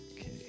Okay